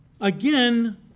Again